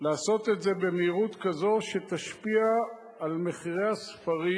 לעשות את זה במהירות כזאת שתשפיע על מחירי הספרים,